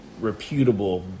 reputable